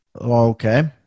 Okay